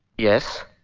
yes.